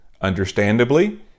understandably